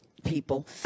people